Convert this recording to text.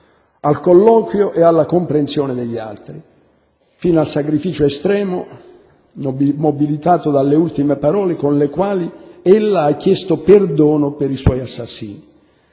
al colloquio e alla comprensione degli altri, fino al sacrificio estremo nobilitato dalle ultime parole con le quali ella ha chiesto perdono per i suoi assassini.